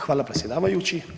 Hvala predsjedavajući.